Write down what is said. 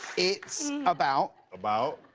it's about about?